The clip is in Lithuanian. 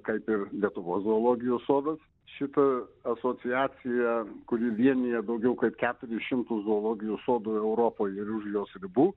kaip ir lietuvos zoologijos sodas šita asociacija kuri vienija daugiau kaip keturis šimtus zoologijos sodų europoj ir už jos ribų